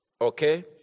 Okay